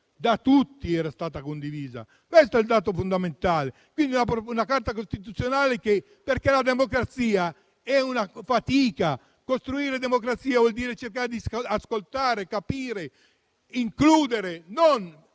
da tutti. Questo è il dato fondamentale: era una Carta costituzionale condivisa, perché la democrazia è una fatica, costruire democrazia vuol dire cercare di ascoltare, capire, includere e non